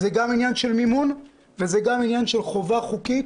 זה גם ענין של מימון וזה גם עניין של חובה חוקית,